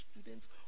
students